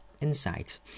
insights